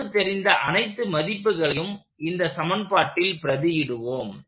நமக்கு தெரிந்த அனைத்து மதிப்புகளையும் இந்த சமன்பாட்டில் பிரதியிடுவோம்